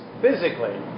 physically